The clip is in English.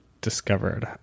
discovered